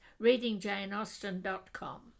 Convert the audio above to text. ReadingJaneAusten.com